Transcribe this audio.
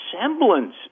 semblance